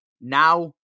now